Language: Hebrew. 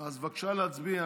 בבקשה להצביע